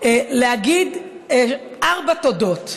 להגיד ארבע תודות: